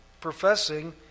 professing